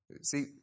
See